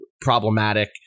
problematic